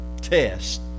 test